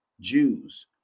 jews